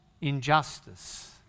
injustice